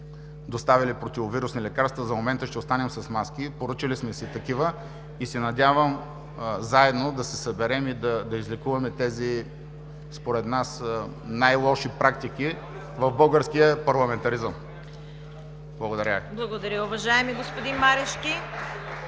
доставили противовирусни лекарства, за момента ще останем с маски – поръчали сме си такива, и се надявам заедно да се съберем и да излекуваме тези според нас най-лоши практики в българския парламентаризъм. Благодаря Ви. (Ръкопляскания